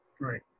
Right